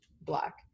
black